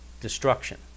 destruction